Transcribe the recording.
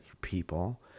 people